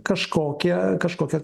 kažkokią kažkokią